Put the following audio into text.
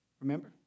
Remember